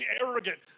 arrogant